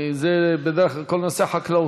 כי בדרך כלל כל נושא החקלאות,